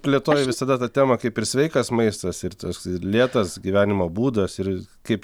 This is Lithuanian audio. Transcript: plėtoji visada tą temą kaip ir sveikas maistas ir tas lėtas gyvenimo būdas ir kaip